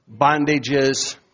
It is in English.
bondages